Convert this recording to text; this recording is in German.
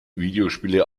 videospiele